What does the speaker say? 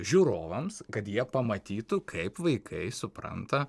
žiūrovams kad jie pamatytų kaip vaikai supranta